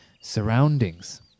surroundings